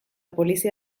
polizia